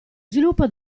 sviluppo